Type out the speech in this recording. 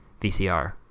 VCR